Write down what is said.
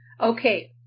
Okay